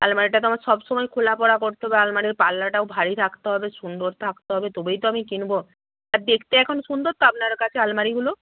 আলমারিটা তো আমার সবসময় খোলা পড়া করতে হবে আলমারির পাল্লাটাও ভারী থাকতে হবে সুন্দর থাকতে হবে তবেই তো আমি কিনব আর দেখতে এখন সুন্দর তো আপনার কাছে আলমারিগুলো